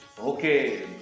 Okay